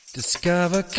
Discover